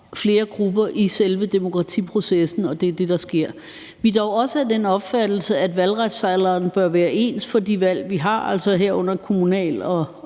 flere grupper i selve demokratiprocessen, og det er det, der sker her. Vi er dog også af den opfattelse, at valgretsalderen bør være ens for de valg, vi har, herunder kommunal-